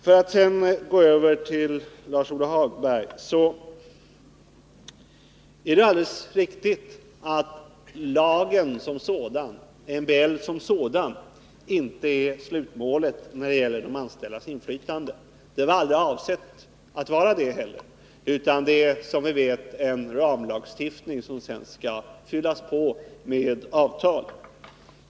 För att sedan gå över till Lars-Ove Hagberg vill jag säga att det är alldeles riktigt att MBL-lagen som sådan inte är slutmålet för de anställdas inflytande. Men det var aldrig avsett att den skulle vara det heller, utan det är som vi vet en ramlagstiftning, som sedan skall fyllas på med avtal.